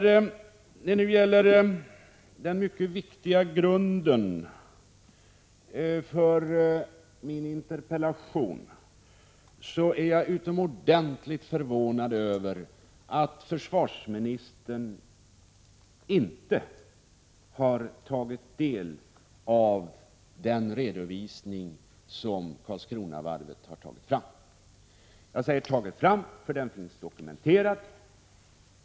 Beträffande den mycket viktiga grunden för min interpellation är jag utomordentligt förvånad över att försvarsministern inte har tagit del av den redovisning som Karlskronavarvet har tagit fram. Jag säger tagit fram, för den finns dokumenterad.